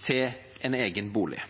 til en egen bolig.